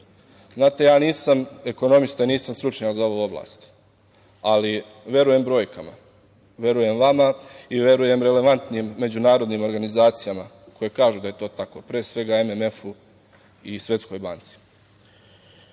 6%.Znate, ja nisam ekonomista i nisam stručnjak za ovu oblast, ali verujem brojkama, verujem vama i verujem relevantnim međunarodnim organizacijama koje kažu da je to tako, pre svega MMF-u i Svetskoj banci. Moram